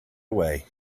away